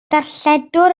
darlledwr